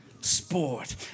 sport